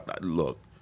look